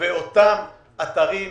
אותם אתרים,